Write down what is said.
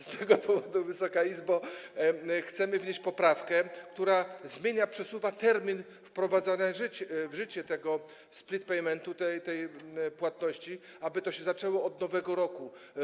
Z tego powodu, Wysoka Izbo, chcemy wnieść poprawkę, która zmienia, przesuwa termin wprowadzania w życie tego split paymentu, tej płatności, aby to się zaczęło od nowego roku.